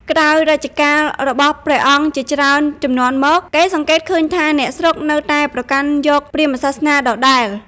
ក្រោយរជ្ជកាលរបស់ព្រះអង្គជាច្រើនជំនាន់មក គេសង្កេតឃើញថាអ្នកស្រុកនៅតែប្រកាន់យកព្រាហ្មណ៍សាសនាដដែល។